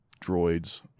droids